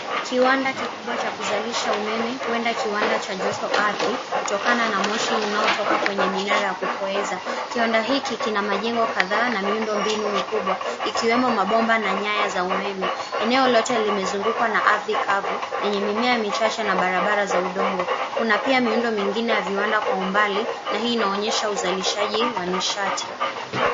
Kiwanda kikubwa cha kuzalisha umeme, huenda kiwanda cha joto ardhi kutokana na moshi unaotoka kwenye minara ya kupoza. Kiwanda hiki kina majengo kadhaa na miundo mbinu mikubwa ikiwemo mabomba na nyaya za umeme. Eneo lote limezungukwa na ardhi kavu yenye mimea michache na barabara za udongo. Kuna pia miundo mingine ya viwanda kwa mbali na hii inaonyesha uzalishaji wa nishati.